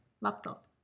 laptop